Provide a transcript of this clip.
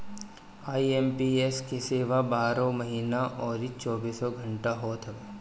IMPS के सेवा बारहों महिना अउरी चौबीसों घंटा होत हवे